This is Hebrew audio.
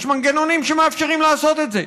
יש מנגנונים שמאפשרים לעשות את זה.